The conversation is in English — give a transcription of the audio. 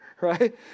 right